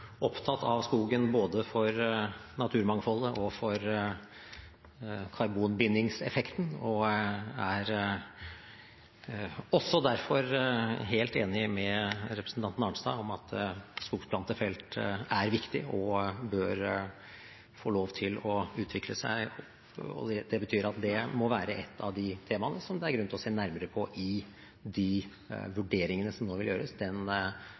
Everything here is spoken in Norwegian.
også derfor helt enig med representanten Arnstad i at skogplantefelt er viktig og bør få lov til å utvikle seg. Det betyr at det må være ett av de temaene som det er grunn til å se nærmere på i de vurderingene som nå vil gjøres,